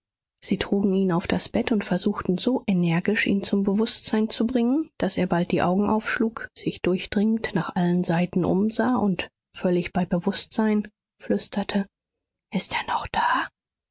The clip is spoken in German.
sie trugen ihn auf das bett und versuchten so energisch ihn zum bewußtsein zu bringen daß er bald die augen aufschlug sich durchdringend nach allen seiten umsah und völlig bei bewußtsein flüsterte ist er noch da